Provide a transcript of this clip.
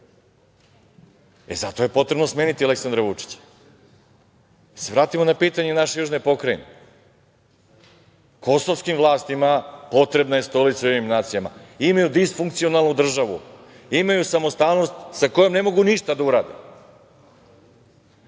E, zato je potrebno smeniti Aleksandra Vučića. Da se vratimo na pitanje naše južne pokrajine. Kosovskim vlastima potrebna je stolica u Ujedinjenim nacijama, imaju disfunkcionalnu državu, imaju samostalnost sa kojom ne mogu ništa da urade.